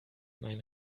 mein